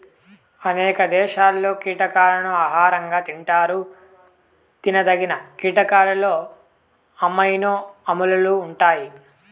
అనేక దేశాలలో కీటకాలను ఆహారంగా తింటారు తినదగిన కీటకాలలో అమైనో ఆమ్లాలు ఉంటాయి